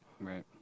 Right